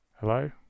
Hello